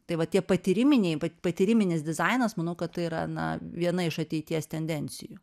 tai va tie patyriminiai patyriminis dizainas manau kad tai yra na viena iš ateities tendencijų